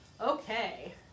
okay